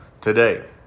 today